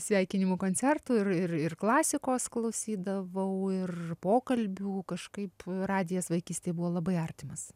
sveikinimų koncertų ir ir ir klasikos klausydavau ir pokalbių kažkaip radijas vaikystėj buvo labai artimas